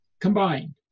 combined